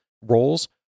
roles